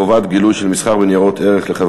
חובת גילוי של מסחר בניירות ערך לחבר